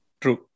True